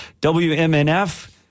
WMNF